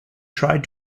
tried